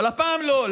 אבל הפעם לא.